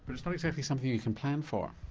but it's not exactly something you can plan for.